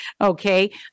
Okay